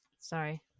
sorry